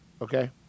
Okay